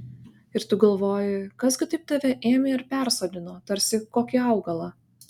ir tu galvoji kas gi taip tave ėmė ir persodino tarsi kokį augalą